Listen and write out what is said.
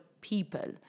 people